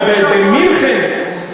ובמינכן.